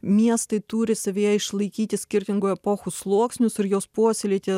miestai turi savyje išlaikyti skirtingų epochų sluoksnius ir juos puoselėti